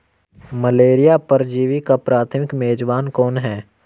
Malaria परजीवी का प्राथमिक मेजबान कौन है?